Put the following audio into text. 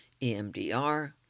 EMDR